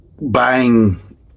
buying